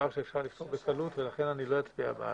שאפשר לפתור בקלות ולכן אני לא אצביע בעד.